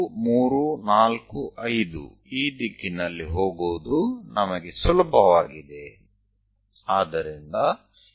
તેથી આ દિશામાં જવું એ આપણા માટે સરળ છે